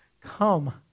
come